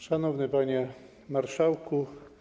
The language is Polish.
Szanowny Panie Marszałku!